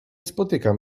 spotykam